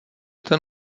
ten